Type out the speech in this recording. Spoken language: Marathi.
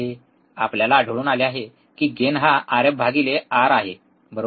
आपल्याला आढळून आले आहे कि गेन हा आर एफ भागिले आर आहे बरोबर